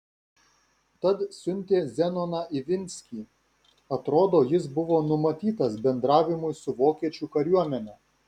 tad siuntė zenoną ivinskį atrodo jis buvo numatytas bendravimui su vokiečių kariuomene